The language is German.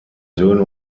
söhne